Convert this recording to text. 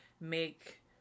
make